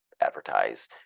advertise